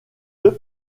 deux